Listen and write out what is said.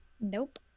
Nope